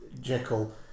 Jekyll